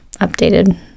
updated